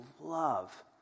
love